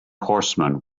horsemen